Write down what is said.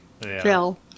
Phil